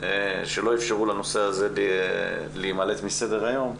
ולא אפשרו לנושא הזה להימלט מסדר-היום,